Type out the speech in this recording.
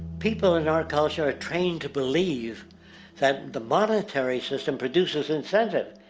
people in our culture are trained to believe that the monetary system produces incentive.